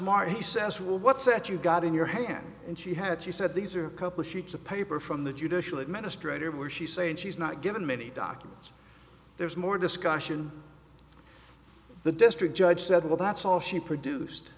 mark he says well what's that you've got in your hand and she had she said these are a couple sheets of paper from the judicial administrative where she's saying she's not given many documents there's more discussion the district judge said well that's all she produced